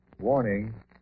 Warning